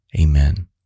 Amen